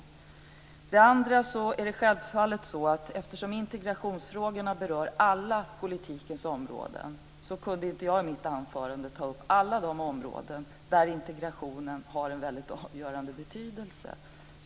Beträffande det andra som Karin Pilsäter tog upp så är det självfallet så att eftersom integrationsfrågorna berör alla politikens områden så kunde jag i mitt anförande inte ta upp alla de områden där integrationen har en väldigt avgörande betydelse.